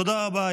תודה רבה.